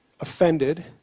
offended